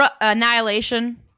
Annihilation